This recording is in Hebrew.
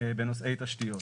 בנושאי תשתיות.